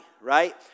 right